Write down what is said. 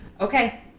Okay